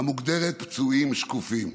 המוגדרת "פצועים שקופים".